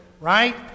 right